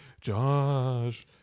Josh